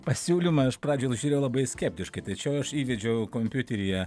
pasiūlymą iš pradžių žiūrėjau labai skeptiškai tačiau aš įvedžiau kompiuteryje